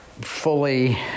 fully